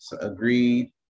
agreed